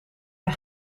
hij